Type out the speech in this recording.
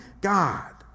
God